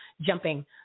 jumping